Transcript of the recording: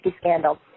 scandal